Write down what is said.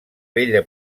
bella